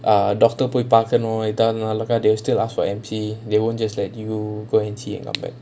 err doctor போய் பாக்கணும் எதுவா இருந்தாலும்:poi paakanum ethuvaa irunthaalum they will still ask for M_C they won't just let you go and see and come back